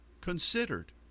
considered